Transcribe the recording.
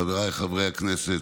חבריי חברי הכנסת,